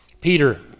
Peter